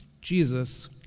Jesus